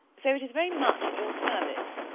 so it is very much at your service.